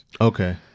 Okay